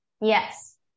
Yes